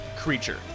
creature